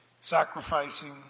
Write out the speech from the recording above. sacrificing